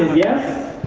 yes?